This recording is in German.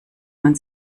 man